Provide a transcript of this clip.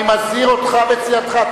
אני מזהיר אותך ואת סיעתך.